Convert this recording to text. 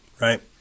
Right